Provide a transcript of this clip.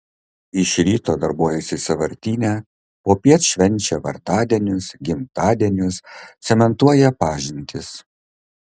iš ryto darbuojasi sąvartyne popiet švenčia vardadienius gimtadienius cementuoja pažintis